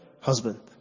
husband